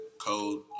code